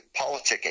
politicking